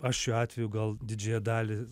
aš šiuo atveju gal didžiąją dalį